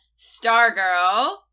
Stargirl